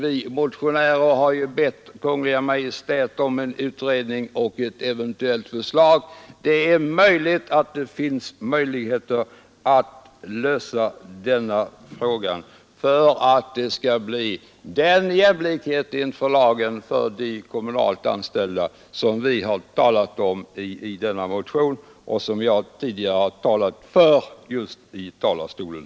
Vi motionärer har därför hemställt att riksdagen hos Kungl. Maj:t begär utredning och förslag till besvärsrätt, och den frågan kan måhända lösas, så att vi får den jämlikhet inför lagen för de kommunalt anställda som vi har talat om i vår motion och som jag tidigare har talat om från denna talarstol.